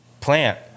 plant